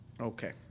okay